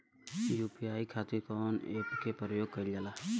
UPI खातीर कवन ऐपके प्रयोग कइलजाला?